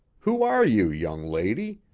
who are you, young lady?